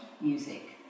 music